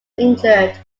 injured